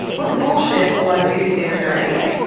what bullshit a lot of beauty standards are anyway.